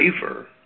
favor